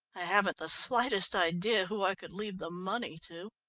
i haven't the slightest idea who i could leave the money to.